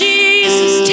Jesus